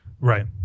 right